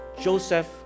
Joseph